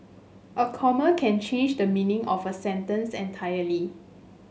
a comma can change the meaning of a sentence entirely